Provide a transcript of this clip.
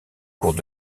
cours